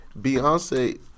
Beyonce